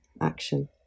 action